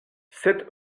sept